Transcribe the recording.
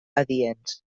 adients